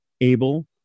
able